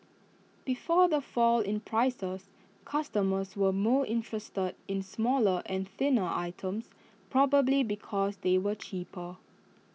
before the fall in prices customers were more interested in smaller and thinner items probably because they were cheaper